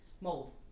Mold